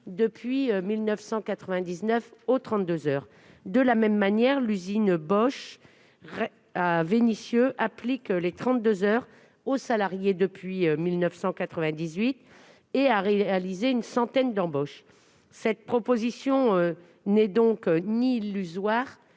dès 1999. De la même manière, l'usine Bosch de Vénissieux applique les 32 heures à ses salariés depuis 1998 ; elle a réalisé une centaine d'embauches. Cette proposition n'est donc ni illusoire